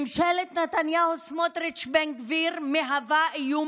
ממשלת נתניהו-סמוטריץ'-בן גביר מהווה איום